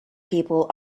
people